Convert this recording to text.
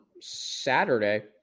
Saturday